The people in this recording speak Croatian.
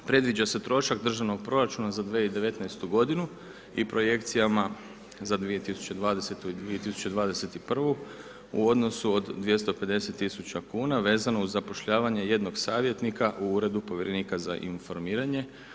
Predviđa se trošak državnog proračuna za 2019. g. i projekcijama za 2020. i 2021. u odnosu od 250 000 kn vezano uz zapošljavanje jednog savjetnika u Uredu povjerenika za informiranje.